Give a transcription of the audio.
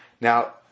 Now